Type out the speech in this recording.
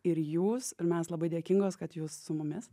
ir jūs ir mes labai dėkingos kad jūs su mumis